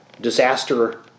disaster